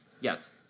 Yes